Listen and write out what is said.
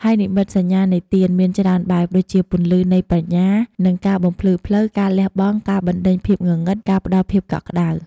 ហើយនិមិត្តសញ្ញានៃទៀន មានច្រើនបែប ដូចជា ពន្លឺនៃបញ្ញា និងការបំភ្លឺផ្លូវ ការលះបង់ ការបណ្តេញភាពងងឹត ការផ្ដល់ភាពកក់ក្ដៅ។